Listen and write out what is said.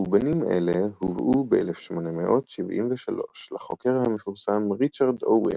מאובנים אלה הובאו ב-1873 לחוקר המפורסם ריצ'רד אוון